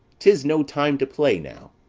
tis no time to play now.